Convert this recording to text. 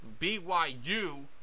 BYU